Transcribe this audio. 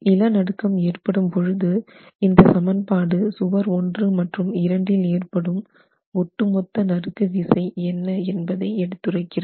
நில நடுக்கம் ஏற்படும் பொழுது இந்த சமன்பாடு சுவர் ஒன்று மட்டும் இரண்டு ஏற்படும் ஒட்டுமொத்த நறுக்குவிசை என்ன என்பதை எடுத்துரைக்கிறது